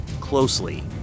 closely